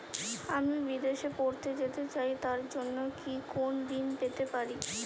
আমি বিদেশে পড়তে যেতে চাই তার জন্য কি কোন ঋণ পেতে পারি?